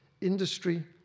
industry